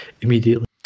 immediately